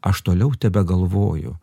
aš toliau tebegalvoju